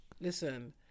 Listen